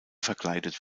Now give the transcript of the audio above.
verkleidet